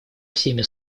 всеми